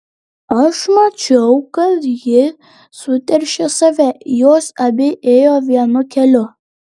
aš mačiau kad ji suteršė save jos abi ėjo vienu keliu